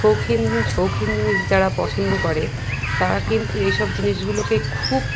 শৌখিন শৌখিন জিনিস যারা পছন্দ করে তারা কিন্তু এইসব জিনিসগুলোকে খুব